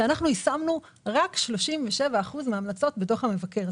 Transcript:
שאנחנו יישמנו רק 37 אחוזים מההמלצות בדוח המבקר.